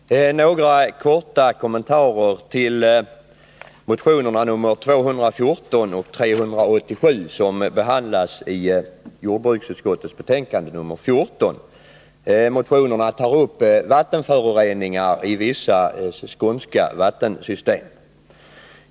Herr talman! Jag skall göra några korta kommentarer till motionerna 214 och 387 som behandlas i jordbruksutskottets betänkande nr 14. Motionerna tar upp vattenföroreningar i vissa skånska vattensystem.